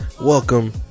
welcome